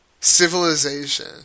civilization